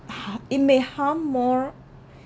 it may harm more